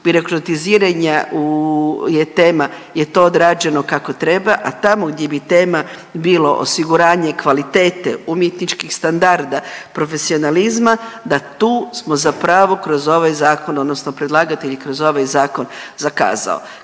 birokratiziranja u, je tema, je to odrađeno kako treba, a tamo gdje bi tema bilo osiguranje kvalitete, umjetničkih standarda, profesionalizma, da tu smo zapravo kroz ovaj zakon odnosno predlagatelj je kroz ovaj zakon zakazao.